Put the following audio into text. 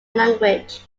language